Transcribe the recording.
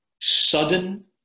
sudden